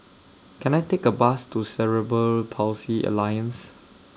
Can I Take A Bus to Cerebral Palsy Alliance